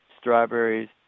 strawberries